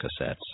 cassettes